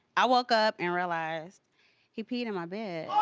i woke up and realized he peed in my bed.